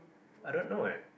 I don't know ah